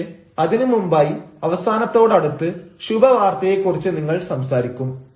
പക്ഷേ അതിനും മുമ്പായി അവസാനത്തോടടുത്ത് ശുഭ വാർത്തയെ കുറിച്ച് നിങ്ങൾ സംസാരിക്കും